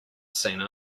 seen